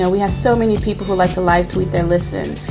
and we have so many people who like to live tweet their listen.